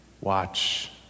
Watch